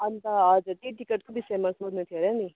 अन्त हजुर त्यही टिकटकै विषयमा सोध्नु थियो र नि